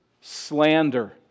slander